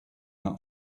not